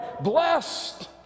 blessed